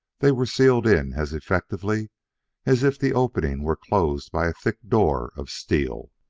they were sealed in as effectively as if the opening were closed by a thick door of steel.